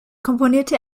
komponierte